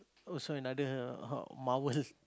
also another uh marvelous